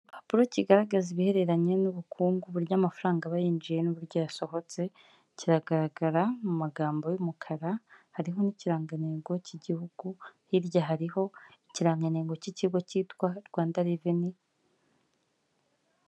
Igipapuro kigaragaza ibihereranye n'ubukungu uburyo amafaranga aba yinjiye n'uburyo yasohotse kiragaragara mu magambo y'umukara, hariho n'ikirangantego cy'igihugu hirya hariho ikirangantego k'ikigo cyitwa Rwanda reveni.